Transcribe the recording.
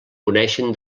coneixen